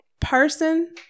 person